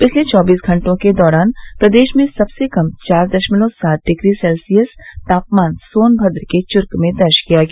पिछले चौबीस घंटों के दौरान प्रदेश में सबसे कम चार दशमलव सात डिग्री सेल्सियस तापमान सोनभद्र के चुर्क में दर्ज किया गया